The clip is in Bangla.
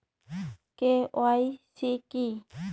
কে.ওয়াই.সি কী?